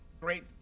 great